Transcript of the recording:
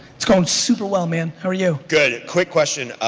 it's going super well, man. how are you? good. quick question,